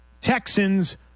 Texans